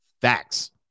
Facts